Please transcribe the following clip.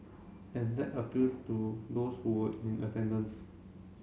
and that appeals to those who were in attendance